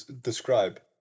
describe